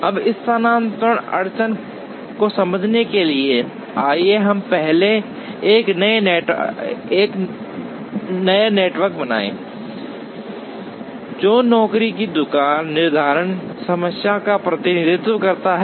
अब स्थानांतरण अड़चन को समझने के लिए आइए हम पहले एक नेटवर्क बनाएं जो नौकरी की दुकान निर्धारण समस्या का प्रतिनिधित्व करता है